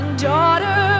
Daughter